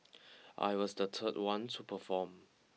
I was the third one to perform